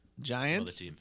Giants